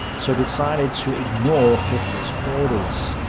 so decided to ignore hitler's orders.